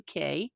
UK